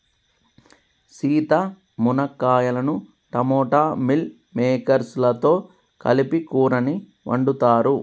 సీత మునక్కాయలను టమోటా మిల్ మిల్లిమేకేర్స్ లతో కలిపి కూరని వండుతారు